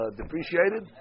depreciated